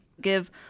give